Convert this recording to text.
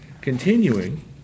continuing